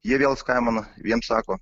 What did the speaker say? jie vėl skambina vėl sako